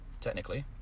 technically